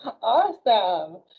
Awesome